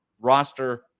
roster